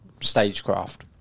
stagecraft